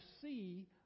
see